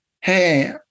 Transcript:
Hey